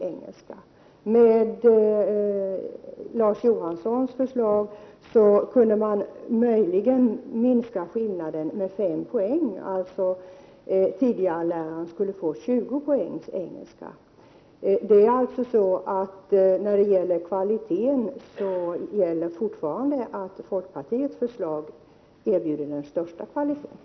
Enligt Larz Johanssons förslag kunde man möjligen minska skillnaden med 5 poäng, eftersom de s.k. tidigarelärarna skulle få utbildning om 20 poäng i engelska. Det är fortfarande folkpartiets förslag som erbjuder den högsta kvaliteten.